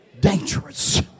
dangerous